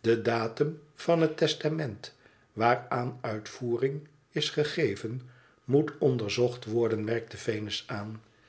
de datum van het testament waaraan uitvoering is gegeven moet onderzocht worden merkte venus aan